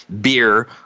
beer